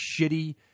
shitty